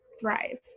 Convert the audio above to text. thrive